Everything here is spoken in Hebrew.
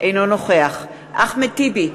אינו נוכח אחמד טיבי,